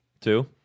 two